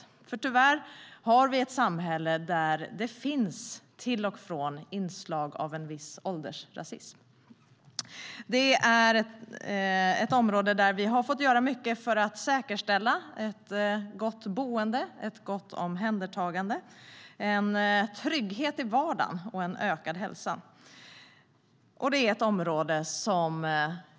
Tyvärr finns det i samhället till och från ett inslag av åldersrasism. Det här är ett område där vi har fått göra mycket för att säkerställa ett gott boende och gott omhändertagande, en trygghet i vardagen och ökad hälsa.